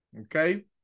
Okay